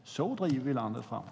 Så driver vi landet framåt.